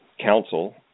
council